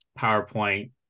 PowerPoint